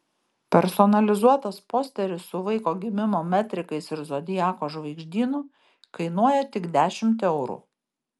personalizuotas posteris su vaiko gimimo metrikais ir zodiako žvaigždynu kainuoja tik dešimt eurų